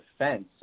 defense